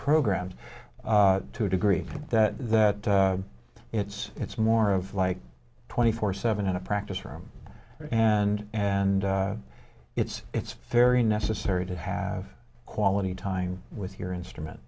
programs to a degree that that it's it's more of like twenty four seven in a practice room and and it's it's very necessary to have quality time with your instrument